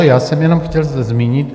Já jsem jenom chtěl zmínit.